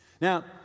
Now